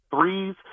threes